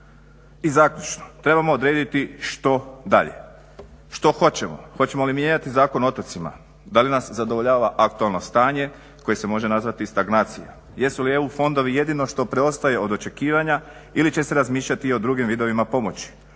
I zaključno, trebamo odrediti što dalje, što hoćemo, hoćemo li mijenjati Zakon o otocima, da li nas zadovoljava aktualno stanje koje se može nazvati stagnacija. Jesu li EU fondovi jedino što preostaje od očekivanja ili će se razmišljati o drugim vidovima pomoći.